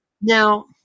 Now